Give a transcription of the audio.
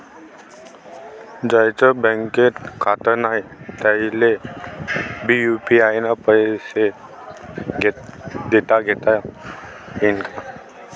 ज्याईचं बँकेत खातं नाय त्याईले बी यू.पी.आय न पैसे देताघेता येईन काय?